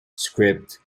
script